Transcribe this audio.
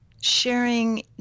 sharing